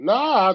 Nah